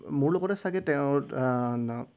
মোৰ লগতে চাগে তেওঁৰ